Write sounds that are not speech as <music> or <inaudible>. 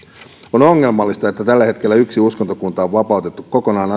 on ongelmallista että tällä hetkellä yksi uskontokunta on vapautettu kokonaan <unintelligible>